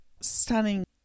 stunning